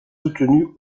soutenue